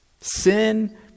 Sin